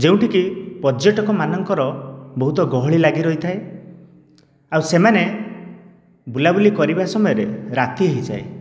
ଯେଉଁଠିକି ପର୍ଯ୍ୟଟକ ମାନଙ୍କର ବହୁତ ଗହଳି ଲାଗି ରହିଥାଏ ଆଉ ସେମାନେ ବୁଲାବୁଲି କରିବା ସମୟରେ ରାତି ହୋଇଯାଏ